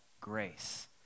grace